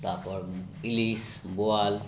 তারপর ইলিশ বোয়াল